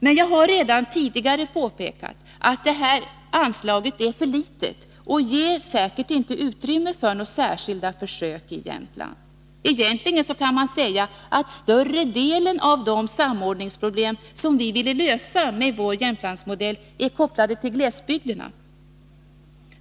Men jag har redan tidigare påpekat att det anslaget är för litet och säkert inte ger utrymme för några särskilda försök i Jämtland. Egentligen kan man säga att större delen av de samordningsproblem som vi ville lösa med vår Jämtlandsmodell är kopplade till glesbygderna.